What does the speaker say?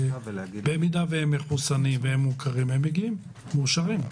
במידה והם מחוסנים ומוכרים הם מגיעים ונשארים,